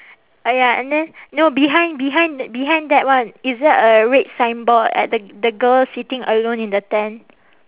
!aiya! and then no behind behind behind that one is there a red signboard at the the girl sitting alone in the tent